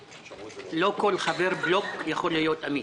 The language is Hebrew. לא כל חבר בלוק יכול להיות אמיץ.